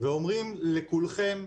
ואומרים לכולכם: